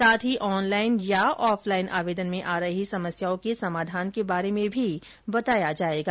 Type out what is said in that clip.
साथ ही ऑनलाइन अथवा ऑफलाइन आवेदन में आ रही समस्याओं के समाधान के बारे में भी बताया जाएगा